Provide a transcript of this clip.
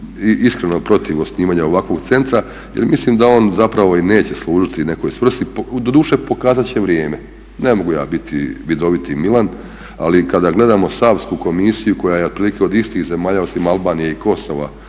iskreno protiv osnivanja ovakvog centra jer mislim da on zapravo i neće služiti nekoj svrsi, doduše pokaza će vrijeme. Ne mogu ja biti vidoviti Milan. Ali kada gledamo savsku komisiju koja je otprilike od istih zemalja osim Albanije i Kosova